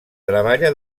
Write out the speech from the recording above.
treballa